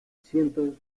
cientos